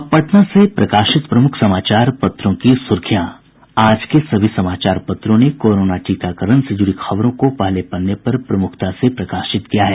अब पटना से प्रकाशित प्रमुख समाचार पत्रों की सुर्खियां आज के सभी समाचार पत्रों ने कोरोना टीकाकरण से जुड़ी खबरों को पहले पन्ने पर प्रमुखता से प्रकाशित किया है